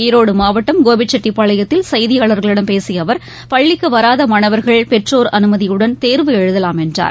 ஈரோடுமாவட்டம் கோபிச்செட்டிபாளையத்தில் செய்தியாளர்களிடம் பேசியஅவர் பள்ளிக்கு வராதமானவர்கள் பெற்றோர் அனுமதியுடன் தேர்வு எழுதலாம் என்றார்